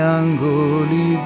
angoli